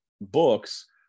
books